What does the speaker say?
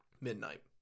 Midnight